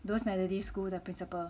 those methodist school their principal